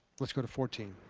let's go to fourteen